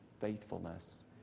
faithfulness